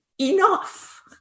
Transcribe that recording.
enough